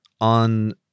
on